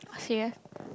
serious